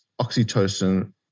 oxytocin